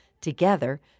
Together